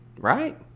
right